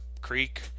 creek